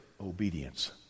obedience